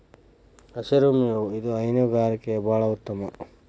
ಹಸಿರು ಮೇವು ಇದು ಹೈನುಗಾರಿಕೆ ಬಾಳ ಉತ್ತಮ